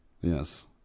Yes